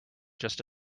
just